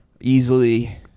Easily